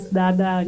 dada